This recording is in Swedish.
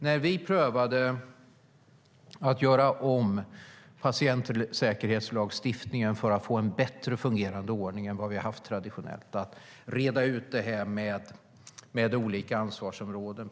När vi prövade att göra om patientsäkerhetslagstiftningen för att få en bättre fungerande ordning än vad vi har haft traditionellt var det väldigt viktigt att reda ut det här med olika ansvarsområden.